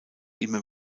immer